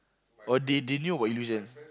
oh they they knew about Illusions